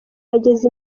yageze